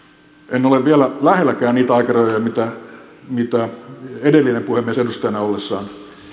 en ole vielä lähelläkään niitä aikarajoja mitä mitä puhemies edustajana ollessaan